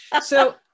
So-